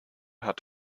hat